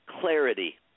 clarity